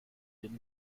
den